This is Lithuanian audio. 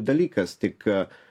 dalykas tik a